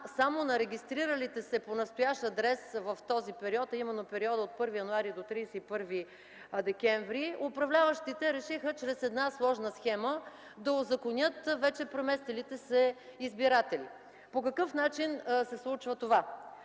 само на регистриралите се по настоящ адрес в този период, а именно в периода от 1 януари до 31 декември, управляващите решиха чрез една сложна схема да узаконят вече преместилите се избиратели. По какъв начин се случва това?